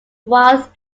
wild